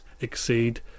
exceed